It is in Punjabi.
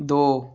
ਦੋ